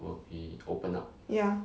ya